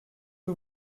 que